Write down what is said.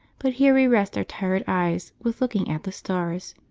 but here we rest our tired eyes with looking at the stars.